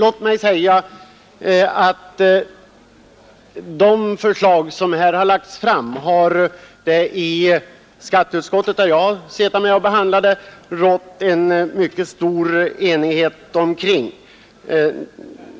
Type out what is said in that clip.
Om de förslag som här lagts fram har det i skatteutskottet, där jag suttit med och behandlat ärendet, rått en mycket stor enighet.